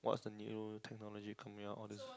watch the new technology coming out all this